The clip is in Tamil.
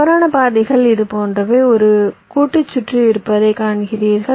தவறான பாதைகள் இது போன்றவை ஒரு கூட்டு சுற்று இருப்பதை காண்கிறீர்கள்